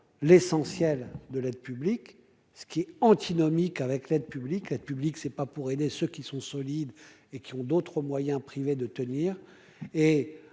l'essentiel de l'aide publique, ce qui est antinomique avec l'aide publique publique c'est pas pour aider ceux qui sont solides et qui ont d'autres moyens privés de tenir et